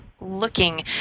Looking